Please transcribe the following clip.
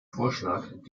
vorschlag